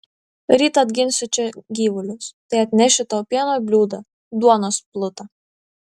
ryt atginsiu čia gyvulius tai atnešiu tau pieno bliūdą duonos plutą